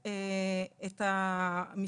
היא בודקת האם הם עונים על הקריטריונים,